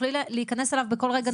תוכלי להיכנס אליו בכל רגע נתון.